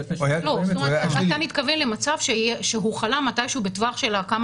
אתה מתכוון למצב שהוא חלה מתישהו בטווח של הכמה